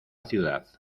ciudad